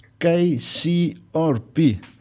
KCRP